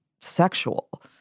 sexual